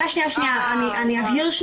אני אבהיר.